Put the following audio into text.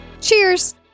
Cheers